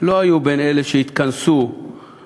לא היו בין אלה שהתכנסו באולם,